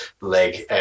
leg